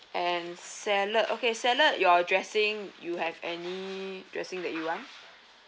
and salad okay salad your dressing you have any dressing that you want